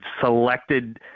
selected